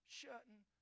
shutting